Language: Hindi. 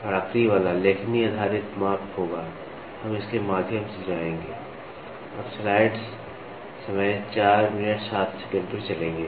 और आखिरी वाला लेखनी आधारित माप होगा हम इसके माध्यम से जाएंगे